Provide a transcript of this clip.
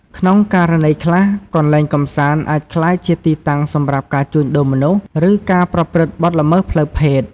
ក្នុងករណីខ្លះ កន្លែងកម្សាន្តអាចក្លាយជាទីតាំងសម្រាប់ការជួញដូរមនុស្ស ឬការប្រព្រឹត្តបទល្មើសផ្លូវភេទ។